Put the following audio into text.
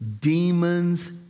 demons